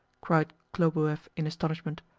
cried khlobuev in astonishment.